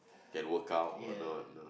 can work out or not ah